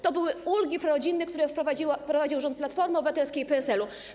To były ulgi prorodzinne, które wprowadził rząd Platformy Obywatelskiej i PSL-u.